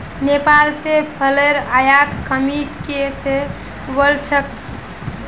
नेपाल स फलेर आयातत कमी की स वल छेक